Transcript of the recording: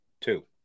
two